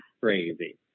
crazy